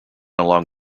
along